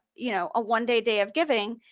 you know a one day day of giving,